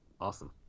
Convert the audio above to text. Awesome